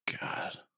God